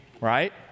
Right